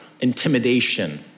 intimidation